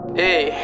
Hey